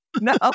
No